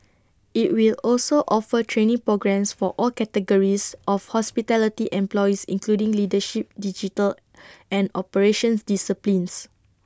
IT will also offer training programmes for all categories of hospitality employees including leadership digital and operations disciplines